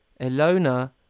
Elona